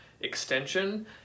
extension